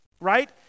right